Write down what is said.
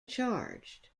charged